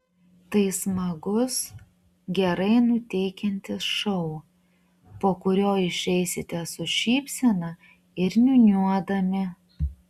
tai smagus gerai nuteikiantis šou po kurio išeisite su šypsena ir niūniuodami